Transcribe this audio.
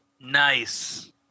nice